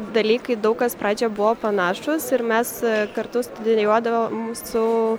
dalykai daug kas pradžioje buvo panašūs ir mes kartu studijuodavom su